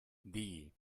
digui